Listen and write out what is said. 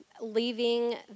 leaving